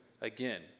again